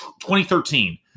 2013